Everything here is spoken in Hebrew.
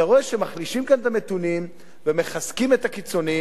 אתה רואה שמחלישים כאן את המתונים ומחזקים את הקיצונים.